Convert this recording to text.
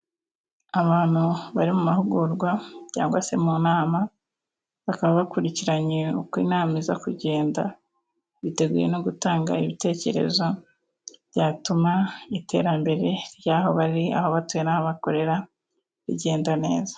Abantu bari mu mahugurwa cyangwa se mu nama, bakaba bakurikiranye uko inama iza kugenda biteguye no gutanga ibitekerezo byatuma iterambere ryaho bari, aho batuye n'aho bakorera rigenda neza.